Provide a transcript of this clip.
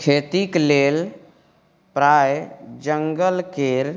खेतीक लेल प्राय जंगल केर